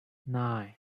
nine